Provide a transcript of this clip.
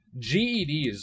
GEDs